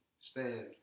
stand